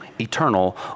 eternal